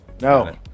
No